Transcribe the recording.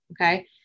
Okay